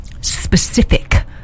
specific